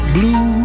Blue